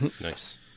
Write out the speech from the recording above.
Nice